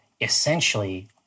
essentially